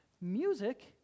music